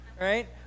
right